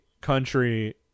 country